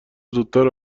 زودتر